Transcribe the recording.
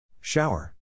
Shower